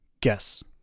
guess